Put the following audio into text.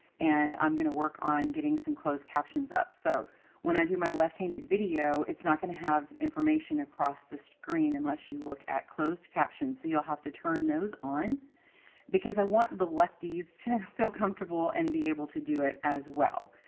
and i'm going to work on getting some closed captions up. so when i do my left-handed video, it's not going to have information across the screen unless you look at closed captions. so you'll have to turn those online because i want the lefties to feel comfortable and be able to do it as well.